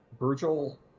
Virgil